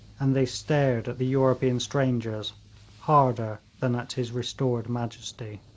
and they stared at the european strangers harder than at his restored majesty.